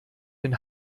den